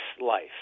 life